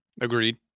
Agreed